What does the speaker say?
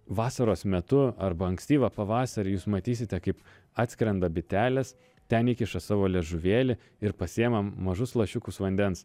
vasaros metu arba ankstyvą pavasarį jūs matysite kaip atskrenda bitelės ten įkiša savo liežuvėlį ir pasiima mažus lašiukus vandens